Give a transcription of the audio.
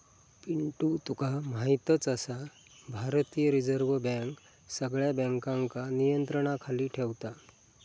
पिंटू तुका म्हायतच आसा, भारतीय रिझर्व बँक सगळ्या बँकांका नियंत्रणाखाली ठेवता